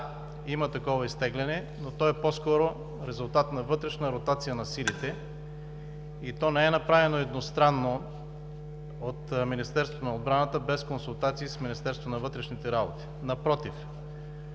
има такова изтегляне, но то е по-скоро резултат на вътрешна ротация на силите и не е направено едностранно от Министерството на отбраната без консултации с Министерството на вътрешните работи. Напротив,